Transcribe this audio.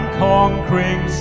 conquering